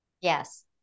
Yes